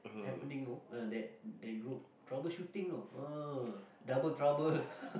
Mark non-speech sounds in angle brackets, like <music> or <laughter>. happening know ah that that group troubleshooting know ah double trouble <laughs>